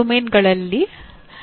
ಇದು ಕೆಲವು ವಾಕ್ಯಗಳಾಗಿರಬಹುದು